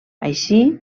així